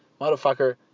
Motherfucker